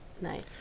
nice